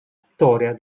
storia